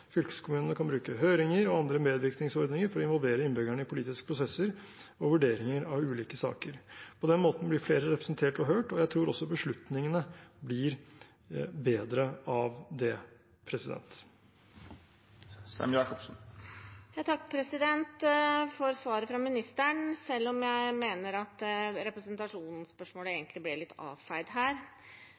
Fylkeskommunene kan bruke høringer og andre medvirkningsordninger for å involvere innbyggerne i politiske prosesser og vurderinger av ulike saker. På den måten blir flere representert og hørt, og jeg tror også beslutningene blir bedre av det. Jeg takker for svaret fra ministeren, selv om jeg mener at representasjonsspørsmålet egentlig ble litt avfeid her.